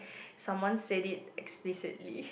someone said it explicitly